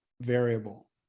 variable